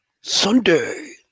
Sunday